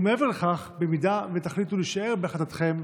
מעבר לכך, אם תחליטו להישאר בהחלטתכם,